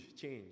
change